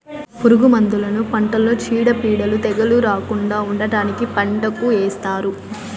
పురుగు మందులను పంటలో చీడపీడలు, తెగుళ్ళు రాకుండా ఉండటానికి పంటకు ఏస్తారు